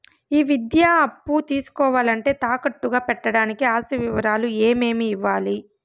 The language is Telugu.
ఈ విద్యా అప్పు తీసుకోవాలంటే తాకట్టు గా పెట్టడానికి ఆస్తి వివరాలు ఏమేమి ఇవ్వాలి?